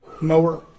mower